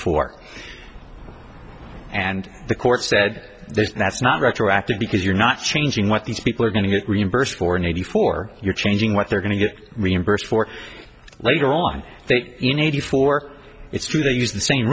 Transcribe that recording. four and the court said there's that's not retroactive because you're not changing what these people are going to get reimbursed for in eighty four you're changing what they're going to get reimbursed for later on they in eighty four it's true to use the same